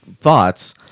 thoughts